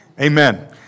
Amen